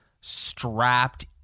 strapped